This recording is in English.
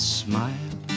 smile